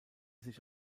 sich